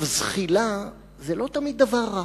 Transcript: עכשיו, זחילה זה לא תמיד דבר רע.